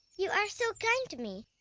you are so kind to me,